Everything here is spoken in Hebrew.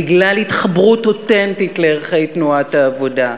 בגלל התחברות אותנטית לערכי תנועת העבודה.